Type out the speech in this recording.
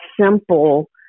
simple